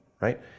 right